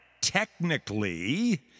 technically